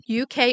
UK